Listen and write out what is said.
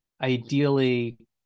ideally